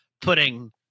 putting